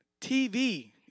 TV